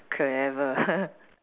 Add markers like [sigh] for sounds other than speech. clever [laughs]